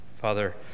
Father